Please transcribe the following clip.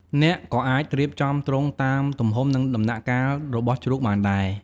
អ្នកក៏អាចរៀបចំទ្រុងតាមទំហំ និងដំណាក់កាលរបស់ជ្រូកបានដែរ។